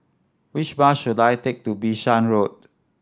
which bus should I take to Bishan Road